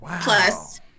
plus